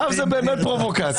עכשיו זאת באמת פרובוקציה.